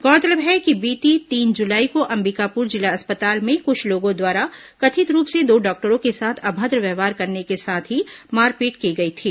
गौरतलब है कि बीती तीन जुलाई को अंबिकापुर जिला अस्पताल में कुछ लोगों द्वारा कथित रूप से दो डॉक्टरों के साथ अभद्र व्यवहार करने के साथ ही मारपीट की गई थी